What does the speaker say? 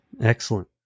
Excellent